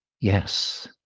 Yes